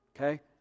Okay